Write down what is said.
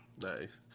nice